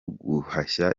guhashya